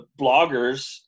bloggers